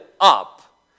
up